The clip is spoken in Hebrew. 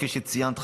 כפי שציינת,